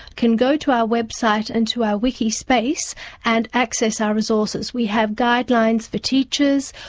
can go to our website and to our wikispace and access our resources. we have guidelines for teachers,